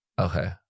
Okay